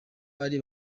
ari